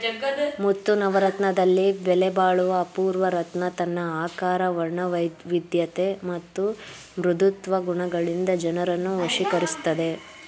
ಮುತ್ತು ನವರತ್ನದಲ್ಲಿ ಬೆಲೆಬಾಳುವ ಅಪೂರ್ವ ರತ್ನ ತನ್ನ ಆಕಾರ ವರ್ಣವೈವಿಧ್ಯತೆ ಮತ್ತು ಮೃದುತ್ವ ಗುಣಗಳಿಂದ ಜನರನ್ನು ವಶೀಕರಿಸ್ತದೆ